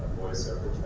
voiceover